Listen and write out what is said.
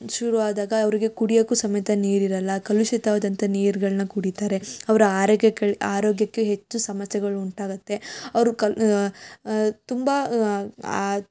ಶುರುವಾದಾಗ ಅವರಿಗೆ ಕುಡಿಯೋಕ್ಕು ಸಮೇತ ನೀರಿರೋಲ್ಲಾ ಕಲುಷಿತವಾದಂಥ ನೀರುಗಳ್ನ ಕುಡಿತಾರೆ ಅವರ ಆರೋಗ್ಯಕ್ಕೆ ಆರೋಗ್ಯಕ್ಕೆ ಹೆಚ್ಚು ಸಮಸ್ಯೆಗಳು ಉಂಟಾಗುತ್ತೆ ಅವರು ಕ ತುಂಬ ಅದ್